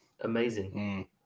amazing